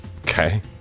Okay